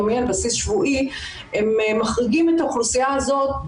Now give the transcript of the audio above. הם מחריגים את האוכלוסייה הזאת,